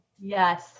Yes